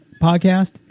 podcast